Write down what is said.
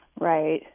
Right